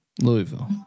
Louisville